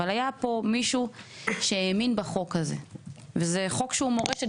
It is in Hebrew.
אבל היה פה מישהו שהאמין בחוק הזה וזה חוק שהוא מורשת